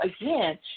again